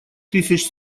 тысяч